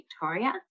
Victoria